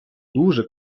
дуже